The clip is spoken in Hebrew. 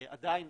עדיין,